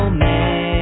man